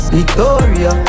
Victoria